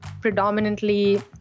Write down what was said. predominantly